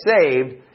saved